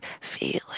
feeling